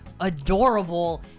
adorable